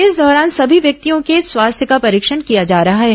इस दौरान सभी व्यक्तियों के स्वास्थ्य का परीक्षण किया जा रहा है